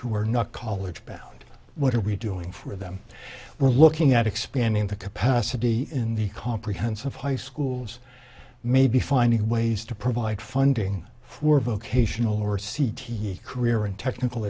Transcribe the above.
who are not college bound what are we doing for them we're looking at expanding the capacity in the comprehensive high schools maybe finding ways to provide funding for vocational or c t a career and technical